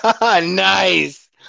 Nice